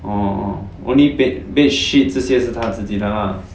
oh only bed bedsheet 这些是他自己的 lah